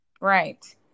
Right